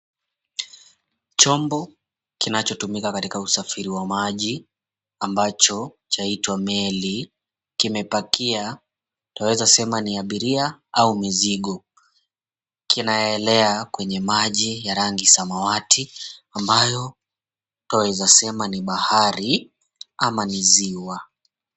Chombo kinachotumika katika usafiri wa maji ambacho chaitwa meli, kimepakia utaweza sema ni ya abiria au mizigo, kinaelea kwenye maji ya rangi samawati ambayo twaweza sema ni bahari ama ni ziwa.